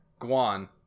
Guan